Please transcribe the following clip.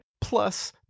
Plus